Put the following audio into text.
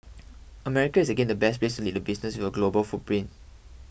America is again the best place to lead a business with a global footprint